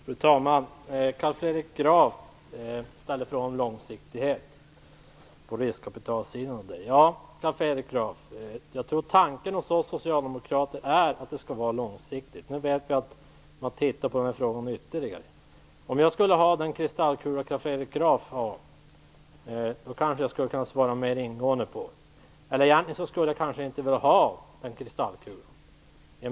Fru talman! Carl Fredrik Graf ställde frågor om långsiktighet på riskkapitalområdet. Jag tror, Carl Fredrik Graf, att tanken hos oss socialdemokrater är att det skall vara långsiktigt. Nu vet vi att man tittar ytterligare på dessa frågor. Om jag skulle ha den kristallkula som Carl Fredrik Graf har kanske jag skulle kunna svara mer ingående. Jag kanske egentligen inte skulle vilja ha en kristallkula.